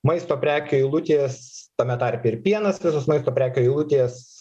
maisto prekių eilutės tame tarpe ir pienas visos maisto prekių eilutės